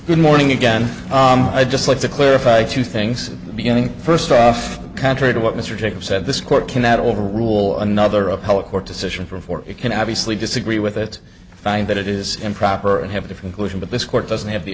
good morning again i'd just like to clarify two things beginning first off contrary to what mr jacobs said this court cannot over rule another appellate court decision for four it can obviously disagree with it find that it is improper and have a different version but this court doesn't have the